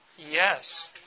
Yes